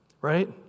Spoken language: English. Right